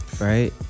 right